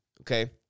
Okay